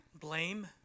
Blame